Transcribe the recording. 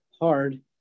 hard